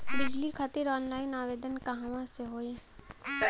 बिजली खातिर ऑनलाइन आवेदन कहवा से होयी?